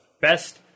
Best